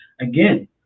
again